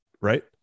right